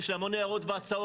יש לי המון הערות והצעות.